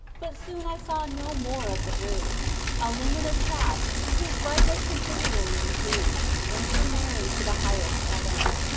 but soon i saw no more of the roof a luminous path, whose bright ness continually increased, went from mary to the highest heaven.